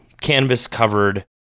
canvas-covered